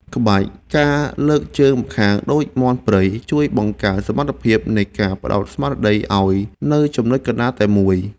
ក្បាច់ ការលើកជើងម្ខាងដូចមាន់ព្រៃ ជួយបង្កើនសមត្ថភាពនៃការផ្ដោតស្មារតីឱ្យនៅចំណុចកណ្ដាលតែមួយ។